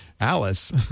Alice